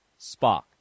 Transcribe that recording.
Spock